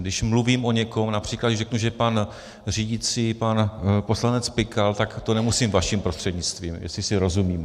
Když mluvím o někom, například když řeknu, že pan řídící, pan poslanec Pikal, tak to nemusím vaším prostřednictvím, jestli si rozumíme.